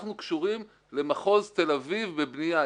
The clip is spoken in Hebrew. אנחנו קשורים למחוז תל אביב בבנייה,